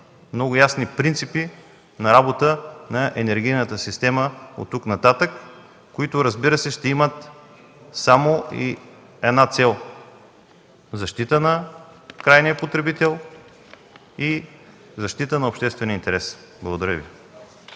много ясни принципи на работа на енергийната система от тук нататък, които ще имат само една цел – защита на крайния потребител и защита на обществения интерес. (Ръкопляскания